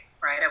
right